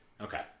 okay